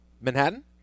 Manhattan